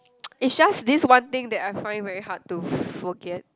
it's just this one thing that I find it very hard to forget